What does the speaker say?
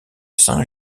saint